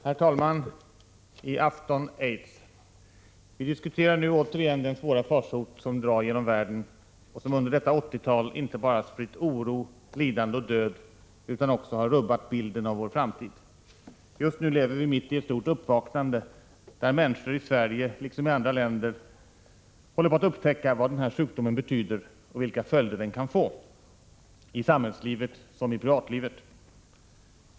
Herr talman! I afton aids. Vi diskuterar nu återigen den stora farsot som drar genom världen och som under detta 80-tal inte bara spritt oro, lidande och död utan också har rubbat bilden av vår framtid. Just nu lever vi mitt i ett stort uppvaknande, där människor i Sverige liksom i andra länder håller på att upptäcka vad den här sjukdomen betyder och vilka följder den kan få, i samhällslivet och i privatlivet.